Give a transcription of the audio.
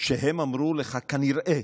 שהם אמרו לך כנראה